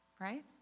right